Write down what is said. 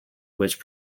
which